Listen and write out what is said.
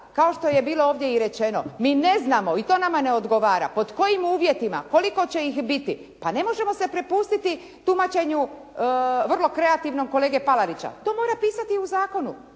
kao što je bilo ovdje i rečeno mi ne znamo i to nama ne odgovara pod kojim uvjetima, koliko će ih biti? Pa ne možemo se prepustiti tumačenju vrlo kreativnog kolege Palarića. To mora pisati i u zakonu